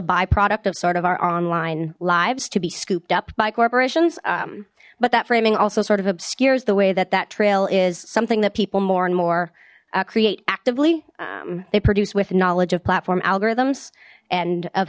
byproduct of sort of our online lives to be scooped up by corporations but that framing also sort of obscures the way that that trail is something that people more and more create actively they produce with knowledge of platform algorithms and of